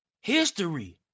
History